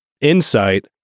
insight